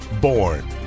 born